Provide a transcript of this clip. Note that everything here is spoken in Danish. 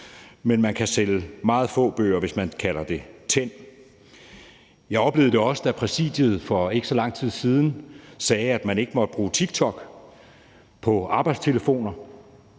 hvor man kan sælge meget få bøger, hvis man siger »tænd«. Jeg oplevede det også, da Præsidiet for ikke så lang tid siden sagde, at man ikke måtte bruge TikTok på arbejdstelefoner.